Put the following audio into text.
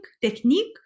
technique